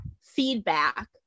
feedback